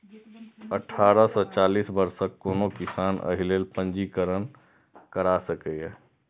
अठारह सं चालीस वर्षक कोनो किसान एहि लेल पंजीकरण करा सकैए